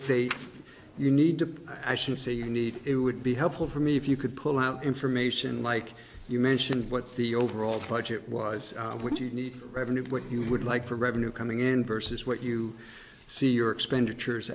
say you need to i should say you need it would be helpful for me if you could pull out information like you mentioned what the overall budget was what you need revenue what you would like for revenue coming in vs what you see your expenditures